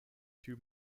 two